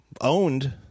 owned